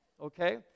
okay